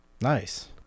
Nice